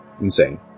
insane